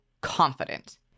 confident